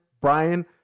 Brian